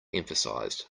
emphasized